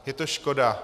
Je to škoda.